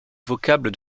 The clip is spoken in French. vocable